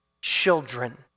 children